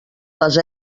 les